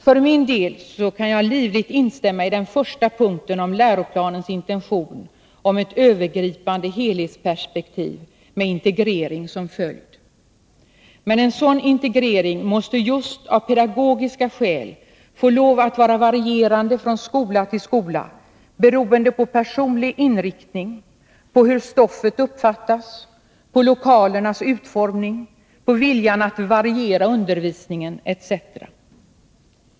För min del kan jag livligt instämma i den första punkten om läroplanens intention om ett övergripande helhetsperspektiv med integrering som följd. Men en sådan integrering måste just av pedagogiska skäl få lov att vara varierande från skola till skola, beroende på personlig inriktning, på hur stoffet uppfattas, på lokalernas utformning, på viljan att variera undervisningen etc.